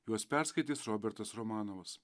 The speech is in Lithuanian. juos perskaitys robertas romanovas